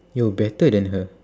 you're better than her